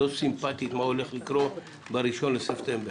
לא סימפטית מה הולך לקרות ב-1 בספטמבר.